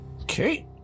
Okay